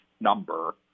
number